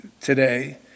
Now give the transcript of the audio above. today